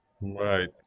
Right